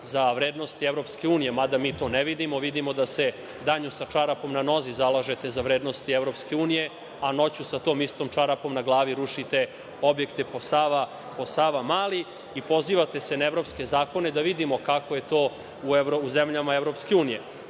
za vrednosti EU, mada mi to ne vidimo, vidimo da se danju sa čarapom na nozi zalažete za vrednosti EU, a noću sa tom istom čarapom na glavu rušite objekte po Savamali i pozivate se na evropske zakone da vidimo kako je to u zemljama EU.Upravo